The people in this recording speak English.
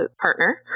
partner